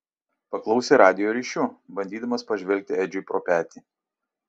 paklausė radijo ryšiu bandydamas pažvelgti edžiui pro petį